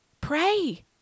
Pray